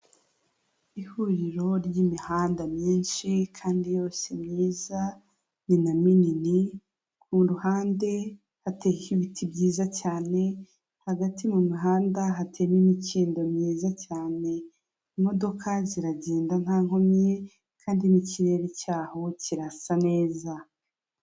Ihuriro ry'imihanda myinshi kandi yose myiza ni na minini, ku ruhande hateyeho ibiti byiza cyane hagati mu mihanda hateyemo imikindo myiza cyane, imodoka ziragenda nta nkomyi kandi n'ikirere cyaho kirasa neza.